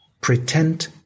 pretend